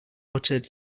buttered